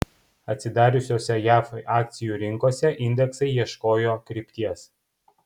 atsidariusiose jav akcijų rinkose indeksai ieškojo krypties